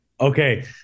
Okay